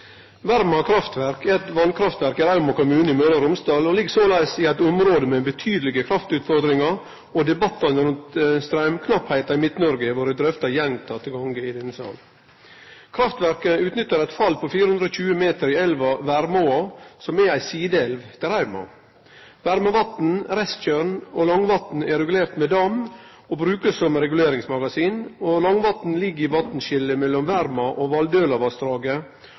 Romsdal og ligg såleis i eit område med betydelege kraftutfordringar. Debattane rundt straumknappleiken i Midt-Noreg har vore drøfta gjentekne gonger i denne salen. Kraftverket utnyttar eit fall på 420 meter i elva Vermåa, som er ei sideelv til Rauma. Vermevatn, Restjørn og Langvatn er regulerte med dam og brukast som reguleringsmagasin. Langvatn ligg i vasskiljet mellom Verma- og